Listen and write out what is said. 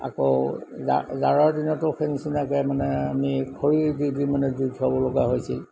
আকৌ জা জাৰৰ দিনতো সেই নিচিনাকৈ মানে আমি খৰি দি মানে জুই উঠাব লগা হৈছিল